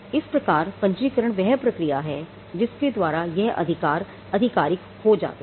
इस प्रकार पंजीकरण वह प्रक्रिया है जिसके द्वारा यह अधिकार अधिकारिक हो जाते हैं